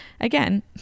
Again